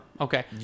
Okay